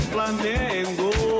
Flamengo